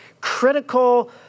critical